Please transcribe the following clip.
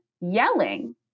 yelling